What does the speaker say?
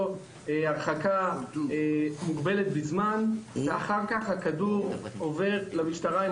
הרחקה מוגבלת בזמן ואחר כך הכדור עובר למשטרה.